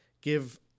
give